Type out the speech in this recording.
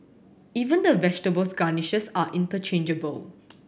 even the vegetables garnishes are interchangeable